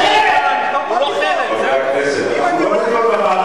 אם אני יוצא עכשיו,